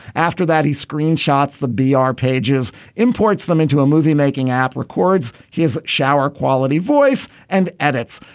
after that he screenshots the bizarre pages imports them into a movie making app records. he has shower quality voice and edits.